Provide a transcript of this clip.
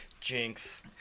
jinx